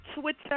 Twitter